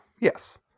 yes